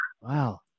wow